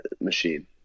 machine